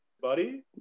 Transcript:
Buddy